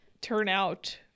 turnout